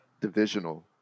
divisional